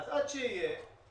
עד שיהיה,